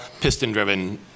piston-driven